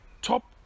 Top